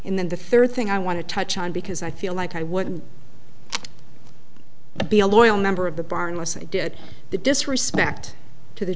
in then the third thing i want to touch on because i feel like i wouldn't be a loyal member of the bar unless i did the disrespect to the